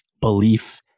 belief